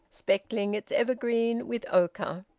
speckling its evergreen with ochre.